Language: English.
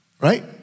right